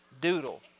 Doodle